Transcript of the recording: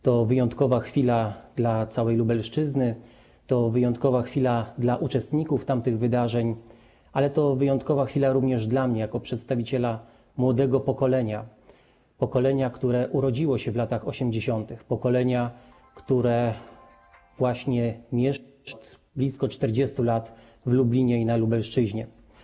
To wyjątkowa chwila dla całej Lubelszczyzny, to wyjątkowa chwila dla uczestników tamtych wydarzeń, ale to wyjątkowa chwila również dla mnie, jako przedstawiciela młodego pokolenia, pokolenia, które urodziło się w latach 80., pokolenia, które mieszka od blisko 40 lat w Lublinie i na Lubelszczyźnie.